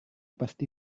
pasti